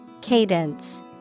Cadence